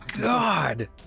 god